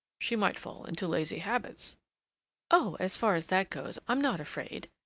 she might fall into lazy habits oh! as far as that goes, i'm not afraid,